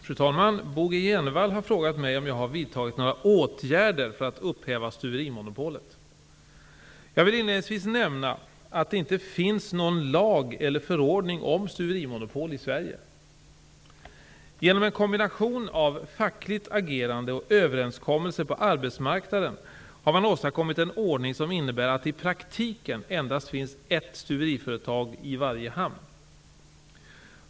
Fru talman! Bo G Jenevall har frågat mig om jag har vidtagit några åtgärder för att upphäva stuverimonopolet. Jag vill inledningsvis nämna att det inte finns någon lag eller förordning om stuverimonopol i Sverige. Genom en kombination av fackligt agerande och överenskommelser på arbetsmarknaden har man åstadkommit en ordning som innebär att det i praktiken endast finns ett stuveriföretag i varje hamn.